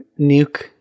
nuke